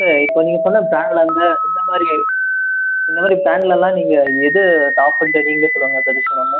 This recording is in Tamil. சார் இப்போ நீங்கள் சொன்ன பிராண்டில் வந்து எந்த மாதிரி இந்த மாதிரி பிராண்ட்லலாம் நீங்கள் எது டாப்புண்ட்டு நீங்களே சொல்லுங்கள் சட்ஜக்ஷன் பண்ணுங்கள்